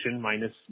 minus